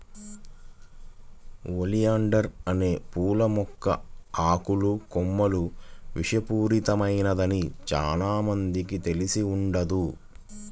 oleander అనే పూల మొక్క ఆకులు, కొమ్మలు విషపూరితమైనదని చానా మందికి తెలిసి ఉండదు